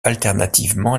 alternativement